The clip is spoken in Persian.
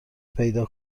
پیدا